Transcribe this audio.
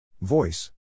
Voice